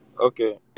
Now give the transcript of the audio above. Okay